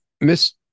Miss